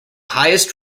highest